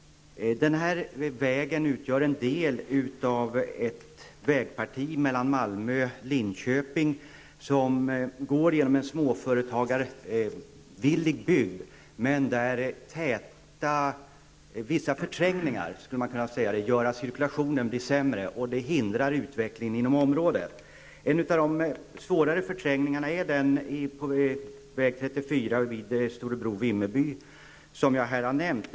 Denna väg utgör en del av ett vägparti mellan Malmö och Linköping som går genom en småföretagarvillig bygd där vissa förträngningar gör att cirkulationen blir sämre, och det hindrar utvecklingen inom området. En av de svårare förträngningarna är den på väg 34 sträckan Storebro -- Vimmerby, som jag här har nämnt.